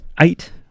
eight